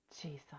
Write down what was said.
Jesus